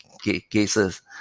cases